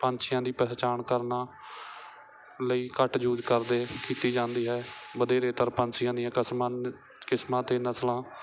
ਪੰਛੀਆਂ ਦੀ ਪਹਿਚਾਣ ਕਰਨਾ ਲਈ ਘੱਟ ਯੂਜ ਕਰਦੇ ਕੀਤੀ ਜਾਂਦੀ ਹੈ ਵਧੇਰੇ ਤਰ ਪੰਛੀਆਂ ਦੀਆਂ ਕਸਮਾਂ ਕਿਸਮਾਂ ਅਤੇ ਨਸਲਾਂ